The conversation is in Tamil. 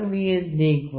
D 0